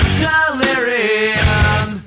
delirium